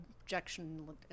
Objection